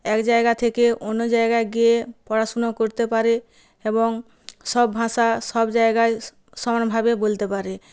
এক জায়গা থেকে অন্য জায়গায় গিয়ে পড়াশুনো করতে পারে এবং সব ভাষা সব জায়গায় সমানভাবে বলতে পারে